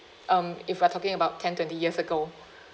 um if we're talking about ten twenty years ago